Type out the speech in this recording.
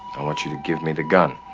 i want you to give me the gun.